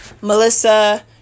Melissa